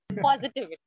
Positivity